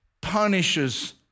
punishes